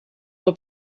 were